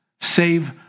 Save